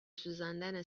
سوزاندن